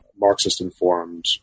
Marxist-informed